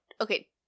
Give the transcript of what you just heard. okay